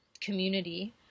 community